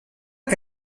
que